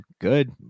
good